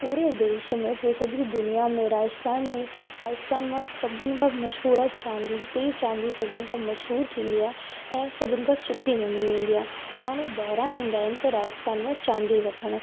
पूरे देश में पूरी सॼी दुनिया में राजस्थान में राजस्थान मां सभिनि खां मशहूरु आहे चांदी हिते जी चांदी सभिनि खां मशहूरु थींदी आहे ऐं सभिनि खां सुठी मञी वेंदी आहे माण्हू ॿाहिरां ईंदा आहिनि कि राजस्थान मां चांदी वठणु